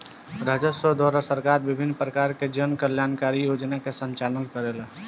राजस्व द्वारा सरकार विभिन्न परकार के जन कल्याणकारी योजना के संचालन करेला